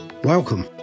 Welcome